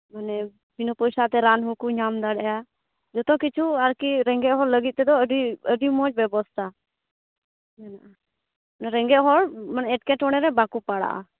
ᱢᱟᱱᱮ ᱵᱤᱱᱟᱹ ᱯᱚᱭᱥᱟ ᱛᱮ ᱨᱟᱱ ᱦᱚᱸᱠᱚ ᱧᱟᱢ ᱫᱟᱲᱮᱭᱟᱜᱼᱟ ᱡᱚᱛᱚ ᱠᱤᱪᱷᱩ ᱟᱨᱠᱤ ᱨᱮᱸᱜᱮᱡᱽ ᱦᱚᱲ ᱞᱟᱹᱜᱤᱫ ᱛᱮᱫᱚ ᱟᱹᱰᱤ ᱢᱚᱡᱽ ᱵᱮᱵᱚᱥᱛᱷᱟ ᱢᱮᱱᱟᱜᱼᱟ ᱨᱮᱸᱜᱮᱡᱽ ᱦᱚᱲ ᱢᱟᱱᱮ ᱮᱸᱴᱠᱮᱴᱚᱬᱮᱨᱮ ᱵᱟᱠᱚ ᱯᱟᱲᱟᱜᱼᱟ